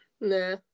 Nah